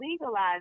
legalize